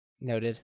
Noted